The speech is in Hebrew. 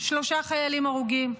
שלושה חיילים הרוגים.